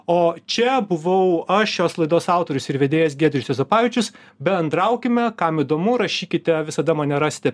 o čia buvau aš šios laidos autorius ir vedėjas giedrius juozapavičius bendraukime kam įdomu rašykite visada mane rasite